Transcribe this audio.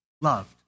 loved